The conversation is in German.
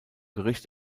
gericht